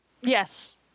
Yes